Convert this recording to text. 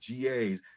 GAs